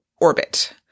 orbit